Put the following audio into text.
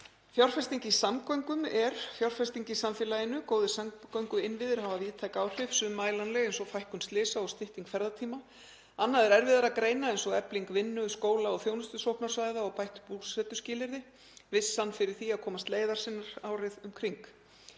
Fjárfesting í samgöngum er fjárfesting í samfélaginu. Góðir samgönguinnviðir hafa víðtæk áhrif, sum mælanleg eins og fækkun slysa og stytting ferðatíma. Annað er erfiðara að greina eins og efling vinnu-, skóla- og þjónustusóknarsvæða og bætt búsetuskilyrði, vissan fyrir því að komast leiðar sinnar árið um kring.